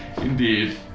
Indeed